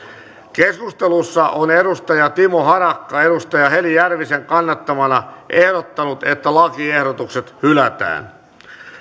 keskustelussa on timo harakka heli järvisen kannattamana ehdottanut että lakiehdotukset hylätään